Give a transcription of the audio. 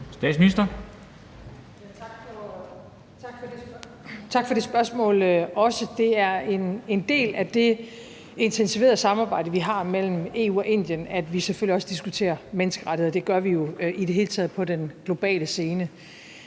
Frederiksen): Tak for det spørgsmål også. Det er en del af det intensiverede samarbejde, vi har mellem EU og Indien, at vi selvfølgelig også diskuterer menneskerettigheder, og det gør vi jo i det hele taget på den globale scene.